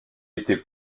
était